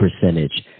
percentage